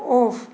off